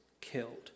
killed